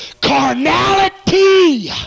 Carnality